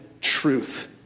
Truth